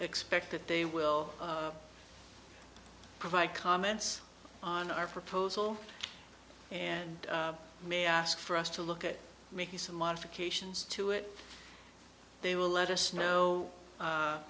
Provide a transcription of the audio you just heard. expect that they will provide comments on our proposal and may ask for us to look at making some modifications to it they will let us know